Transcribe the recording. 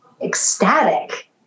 ecstatic